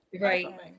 right